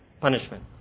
punishment